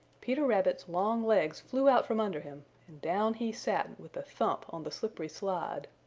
peter rabbit's long legs flew out from under him and down he sat with a thump on the slippery slide.